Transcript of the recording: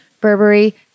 Burberry